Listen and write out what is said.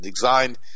designed